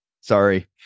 Sorry